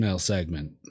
segment